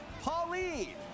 Pauline